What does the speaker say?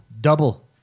Double